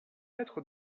être